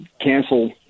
cancel